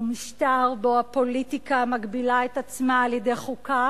הוא משטר שבו הפוליטיקה מגבילה את עצמה על-ידי חוקה